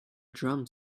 drum